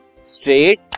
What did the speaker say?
straight